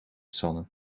sanne